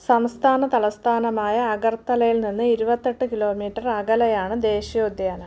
സംസ്ഥാന തലസ്ഥാനമായ അഗർത്തലയിൽ നിന്ന് ഇരുപത്തെട്ട് കിലോമീറ്റർ അകലെയാണ് ദേശീയോദ്യാനം